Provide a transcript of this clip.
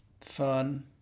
fun